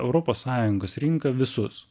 europos sąjungos rinką visus